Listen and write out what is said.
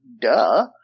duh